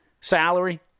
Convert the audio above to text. salary